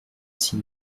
six